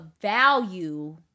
value